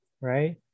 Right